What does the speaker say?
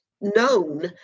known